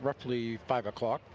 roughly five o'clock